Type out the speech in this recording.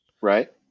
Right